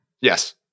Yes